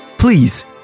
please